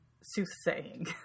soothsaying